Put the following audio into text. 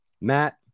matt